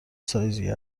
سایزی